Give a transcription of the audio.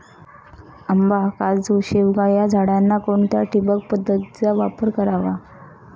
आंबा, काजू, शेवगा या झाडांना कोणत्या ठिबक पद्धतीचा वापर करावा?